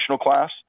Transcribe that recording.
class